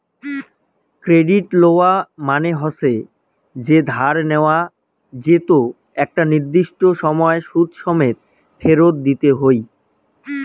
credit লওয়া মানে হসে যে ধার নেয়া যেতো একটা নির্দিষ্ট সময় সুদ সমেত ফেরত দিতে হই